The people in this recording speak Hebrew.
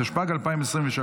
התשפ"ג 2023,